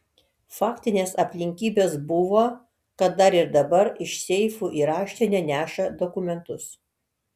faktinės aplinkybės buvo kad dar ir dabar iš seifų į raštinę neša dokumentus